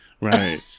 Right